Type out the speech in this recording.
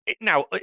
now